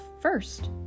first